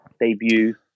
debut